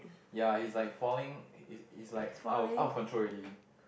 ya he's like falling he's he's like out of out of control already